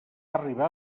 arribar